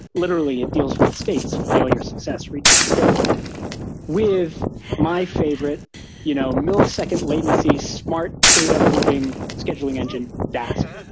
literally, it deals with states, failure, success, retries, skip with my favorite you know millisecond latency, smart data moving scheduling engine dask.